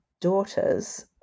daughters